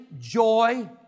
joy